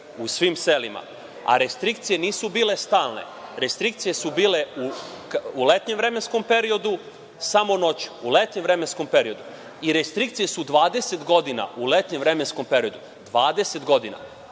u svim selima, a restrikcije nisu bile stalne, restrikcije su bile u letnjem vremenskom periodu, samo noću, u letnjem vremenskom periodu. Restrikcije su 20 godina u letnjem vremenskom periodu, 20 godina.